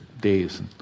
days